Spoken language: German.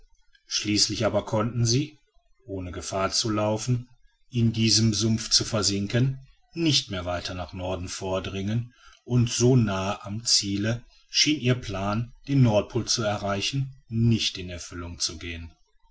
schließlich aber konnten sie ohne gefahr zu laufen in diesem sumpf zu versinken nicht mehr weiter nach norden vordringen und so nahe am ziele schien ihr plan den nordpol zu erreichen nicht in erfüllung zu gehen